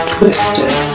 Twisted